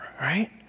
right